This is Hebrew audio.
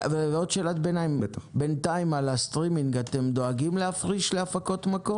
ועוד שאלת ביניים: בינתיים על הסטרימינג אתם דואגים להפריש להפקות מקור?